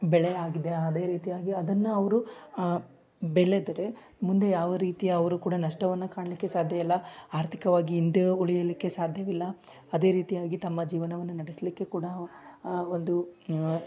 ಬೆಳೆ ಆಗಿದೆ ಅದೇ ರೀತಿಯಾಗಿ ಅದನ್ನು ಅವರು ಬೆಳೆದರೆ ಮುಂದೆ ಯಾವ ರೀತಿಯ ಅವರು ಕೂಡ ನಷ್ಟವನ್ನು ಕಾಣಲಿಕ್ಕೆ ಸಾಧ್ಯವಿಲ್ಲ ಆರ್ಥಿಕವಾಗಿ ಹಿಂದೆ ಉಳಿಯಲಿಕ್ಕೆ ಸಾಧ್ಯವಿಲ್ಲ ಅದೇ ರೀತಿಯಾಗಿ ತಮ್ಮ ಜೀವನವನ್ನು ನಡೆಸಲಿಕ್ಕೆ ಕೂಡ ಒಂದು